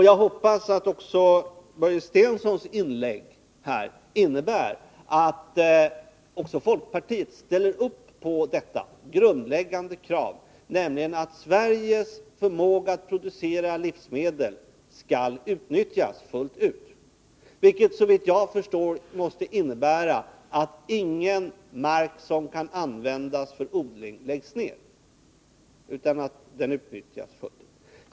Jag hoppas att det Börje Stensson anförde i sitt inlägg här innebär att också folkpartiet ställer upp på detta grundläggande krav, nämligen att Sveriges förmåga att producera livsmedel skall utnyttjas fullt ut, vilket — såvitt jag förstår — måste innebära att ingen mark som kan användas till odling skall undantas från odling.